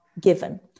given